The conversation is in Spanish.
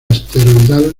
asteroidal